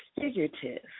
figurative